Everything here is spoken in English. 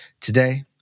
Today